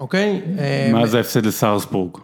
אוקיי? אה... מה זה ההפסד לסרפסבורג?